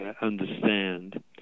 understand